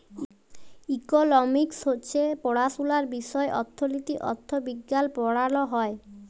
economics হছে পড়াশুলার বিষয় অথ্থলিতি, অথ্থবিজ্ঞাল পড়াল হ্যয়